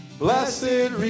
blessed